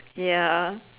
ya